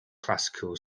classical